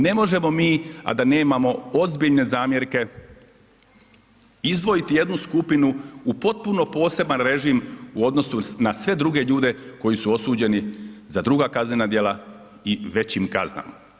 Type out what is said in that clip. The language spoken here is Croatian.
Ne možemo mi, a da nemamo ozbiljne zamjerke izdvojiti jednu skupinu u potpuno poseban režim u odnosu na sve druge ljude koji su osuđeni za druga kaznena djela i većim kaznama.